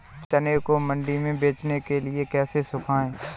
चने को मंडी में बेचने के लिए कैसे सुखाएँ?